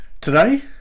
Today